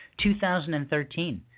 2013